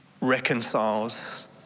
reconciles